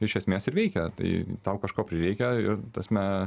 iš esmės ir veikia tai tau kažko prireikia ir prasme